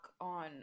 on